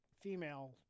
female